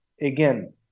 again